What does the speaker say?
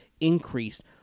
increased